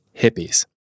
hippies